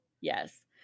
Yes